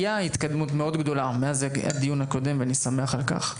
הייתה התקדמות מאוד גדולה מאז הדיון הקודם ואני שמח על כך.